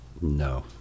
no